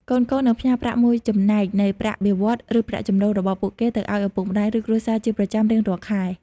កូនៗនឹងផ្ញើប្រាក់មួយចំណែកនៃប្រាក់បៀវត្សរ៍ ឬប្រាក់ចំណូលរបស់ពួកគេទៅឱ្យឪពុកម្តាយ ឬគ្រួសារជាប្រចាំរៀងរាល់ខែ។